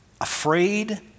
afraid